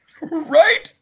Right